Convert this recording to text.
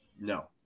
no